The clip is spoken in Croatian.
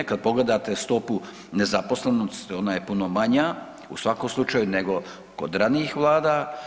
Kad pogledate stopu nezaposlenosti ona je puno manja u svakom slučaju nego kod ranijih vlada.